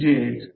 5 आहे